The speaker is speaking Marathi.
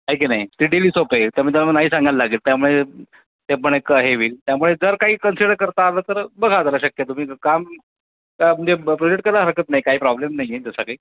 आहे की नाही ते डेली सोप आहे त्यामुळं त्यांना नाही सांगायला लागेल त्यामुळे ते पण एक हे होईल त्यामुळे जर काही कन्सिडर करता आलं तर बघा जरा शक्य तुम्ही काम का म्हणजे ब् प्रोजेक्ट करायला हरकत नाही काही प्रॉब्लेम नाही आहे तसा काही